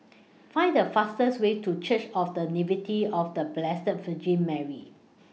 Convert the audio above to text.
Find The fastest Way to Church of The Nativity of The Blessed Virgin Mary